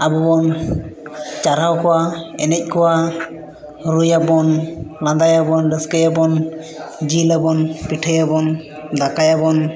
ᱟᱵᱚ ᱵᱚᱱ ᱪᱟᱨᱦᱟᱣ ᱠᱚᱣᱟ ᱮᱱᱮᱡ ᱠᱚᱣᱟ ᱨᱩᱭᱟᱵᱚᱱ ᱞᱟᱸᱫᱟᱭᱟᱵᱚᱱ ᱨᱟᱹᱥᱠᱟᱹᱭᱟᱵᱚᱱ ᱡᱤᱞ ᱟᱵᱚᱱ ᱯᱤᱴᱷᱟᱹᱭᱟᱵᱚᱱ ᱫᱟᱠᱟᱭᱟᱵᱚᱱ